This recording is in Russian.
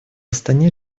астане